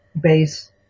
base